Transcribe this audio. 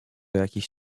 jakiś